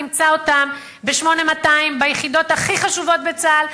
תמצא אותם ב-8200, ביחידות הכי חשובות בצה"ל.